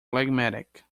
phlegmatic